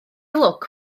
lwc